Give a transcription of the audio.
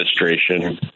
administration